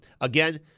Again